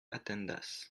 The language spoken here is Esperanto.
atendas